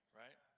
right